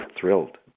thrilled